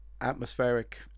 atmospheric